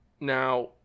Now